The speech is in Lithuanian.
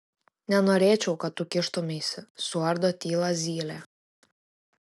nenorėčiau kad tu kištumeisi suardo tylą zylė